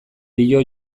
dio